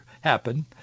happen